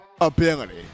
ability